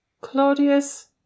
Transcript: Claudius